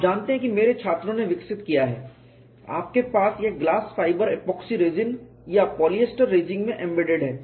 आप जानते हैं कि मेरे छात्रों ने विकसित किया है आपके पास यह ग्लास फाइबर एपॉक्सी रेजिन या पॉलिएस्टर रेजिन में एम्बेडेड है